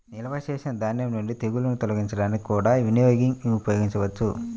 నిల్వ చేసిన ధాన్యం నుండి తెగుళ్ళను తొలగించడానికి కూడా వినోవింగ్ ఉపయోగించవచ్చు